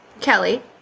kelly